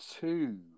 two